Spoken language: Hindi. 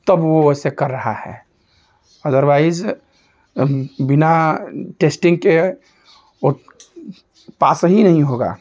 तब वह वैसे कर रहा है अदरवाइज बिना टेस्टिंग के ओत पा सही नहीं होगा